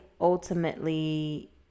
ultimately